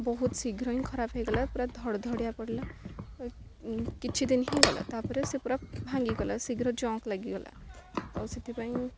ବହୁତ ଶୀଘ୍ର ହିଁ ଖରାପ ହେଇଗଲା ପୁରା ଧଡ଼ ଧଡ଼ିିବା ପଡ଼ିଲା କିଛି ଦିନ ହିଁ ଗଲା ତା'ପରେ ସେ ପୁରା ଭାଙ୍ଗିଗଲା ଶୀଘ୍ର ଜଙ୍କ ଲାଗିଗଲା ଆଉ ସେଥିପାଇଁ